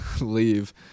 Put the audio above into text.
leave